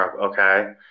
Okay